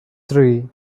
three